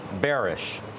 bearish